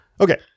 Okay